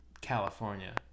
California